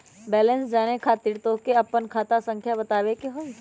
Balance जाने खातिर तोह के आपन खाता संख्या बतावे के होइ?